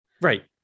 right